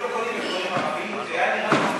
שלא קונים מאזורים ערביים?